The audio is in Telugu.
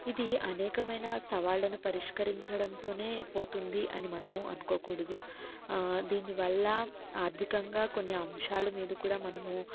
ఇది అనేకమైన సవాళ్ళను పరిష్కరించడంతోనే పోతుంది అని మనము అనుకోకూడదు దీనివల్ల ఆర్థికంగా కొన్ని అంశాలు మీద కూడా మనము